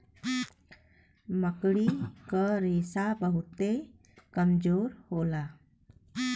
मकड़ी क रेशा बहुते कमजोर होला